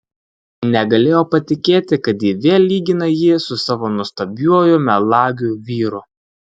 negalėjo patikėti kad ji vėl lygina jį su savo nuostabiuoju melagiu vyru